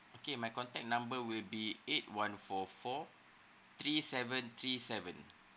okay my contact number will be eight one four four three seven three seven